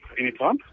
Anytime